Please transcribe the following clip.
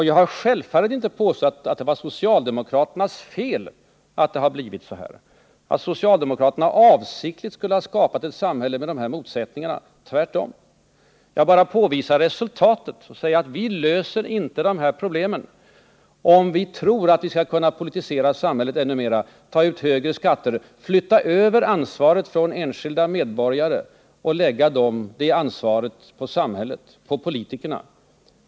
Jag har självfallet inte påstått att det är socialdemokraternas fel att det har blivit så här, att socialdemokraterna avsiktligt skulle ha skapat ett samhälle med dessa motsättningar. Jag påvisade bara resultatet och säger att vi löser inte dessa problem om vi tror att vi skall kunna politisera samhället ännu mera, ta ut högre skatter, flytta över ansvaret från enskilda medborgare och lägga det ansvaret på samhället, på politikerna.